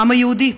העם היהודי.